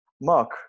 Mark